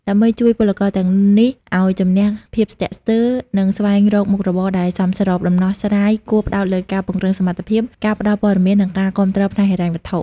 ដើម្បីជួយពលករទាំងនេះឱ្យជំនះភាពស្ទាក់ស្ទើរ និងស្វែងរកមុខរបរដែលសមស្រប ដំណោះស្រាយគួរផ្តោតលើការពង្រឹងសមត្ថភាព ការផ្តល់ព័ត៌មាន និងការគាំទ្រផ្នែកហិរញ្ញវត្ថុ។